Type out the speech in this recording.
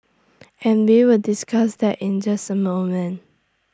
and we will discuss that in just A moment